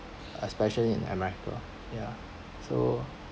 especially in america ya so